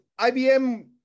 IBM